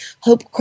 Hope